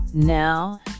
Now